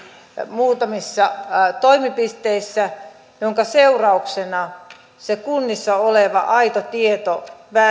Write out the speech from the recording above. muutamissa toimipisteissä minkä seurauksena se kunnissa oleva aito tieto